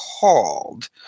called